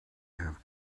have